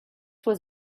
was